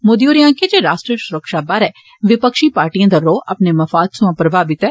मोदी होरें आक्खेआ जे राश्ट्र सुरक्षा बारे विपक्षी पार्टिएं दा रौऽ अपने मफाद सोयां प्रभावित ऐ